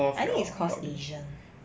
I think is cause asian